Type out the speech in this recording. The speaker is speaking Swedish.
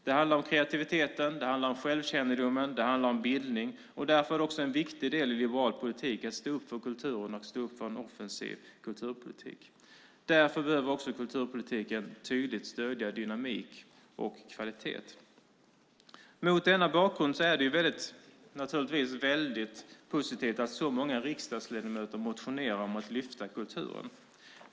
Det handlar om kreativitet, om självkännedom och om bildning, och därför är det en också viktig del i liberal politik att stå upp för kulturen och en mer offensiv kulturpolitik. Därför behöver kulturpolitiken också tydligt stödja dynamik och kvalitet. Mot denna bakgrund är det naturligtvis väldigt positivt att så många riksdagsledamöter motionerar om att lyfta fram kulturen.